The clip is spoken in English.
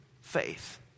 faith